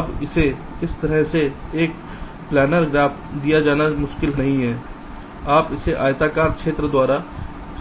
अब इसे इस तरह से एक प्लानर ग्राफ दिया जाना मुश्किल नहीं है आप इसे आयताकार क्षेत्र द्वारा